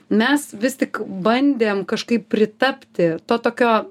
mes vis tik bandėm kažkaip pritapti to tokio